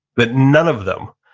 that none of them